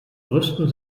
rüsten